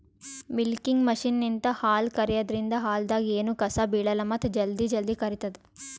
milking ಮಷಿನ್ಲಿಂತ್ ಹಾಲ್ ಕರ್ಯಾದ್ರಿನ್ದ ಹಾಲ್ದಾಗ್ ಎನೂ ಕಸ ಬಿಳಲ್ಲ್ ಮತ್ತ್ ಜಲ್ದಿ ಜಲ್ದಿ ಕರಿತದ್